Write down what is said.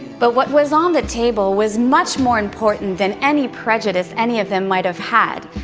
but what was on the table was much more important than any prejudice any of them might have had.